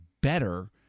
better